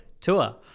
Tour